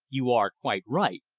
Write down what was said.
you are quite right.